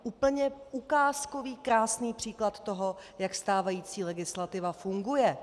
Úplně ukázkový krásný příklad toho, jak stávající legislativa funguje.